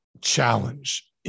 challenge